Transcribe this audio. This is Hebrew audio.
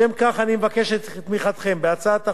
לשם כך אני מבקש את תמיכתכם בהצעת החוק,